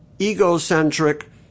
egocentric